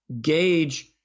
gauge